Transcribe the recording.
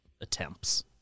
attempts